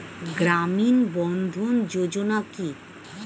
গ্রামীণ বন্ধরন যোজনা কি?